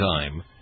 time